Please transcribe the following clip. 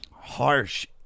harsh